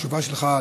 התשובה שלך,